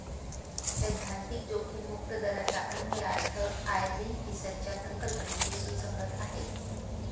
सैद्धांतिक जोखीम मुक्त दराचा अन्वयार्थ आयर्विंग फिशरच्या संकल्पनेशी सुसंगत आहे